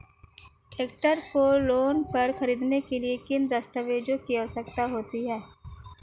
Tractor को loan पर खरीदने के लिए किन दस्तावेज़ों की आवश्यकता होती है?